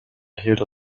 erhielt